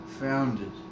founded